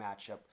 matchup